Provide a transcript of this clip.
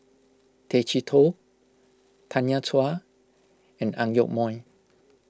Tay Chee Toh Tanya Chua and Ang Yoke Mooi